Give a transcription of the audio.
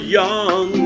young